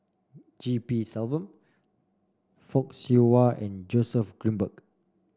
G P Selvam Fock Siew Wah and Joseph Grimberg